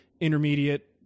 intermediate